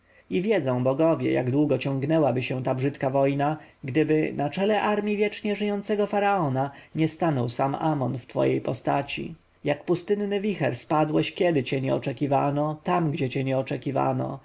i wiedzą bogowie jak długo ciągnęłaby się ta brzydka wojna gdyby na czele armji wiecznie żyjącego faraona nie stanął sam amon w twojej postaci jak pustynny wicher spadłeś kiedy cię nie oczekiwano tam gdzie cię nie oczekiwano